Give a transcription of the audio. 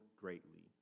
greatly